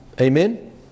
amen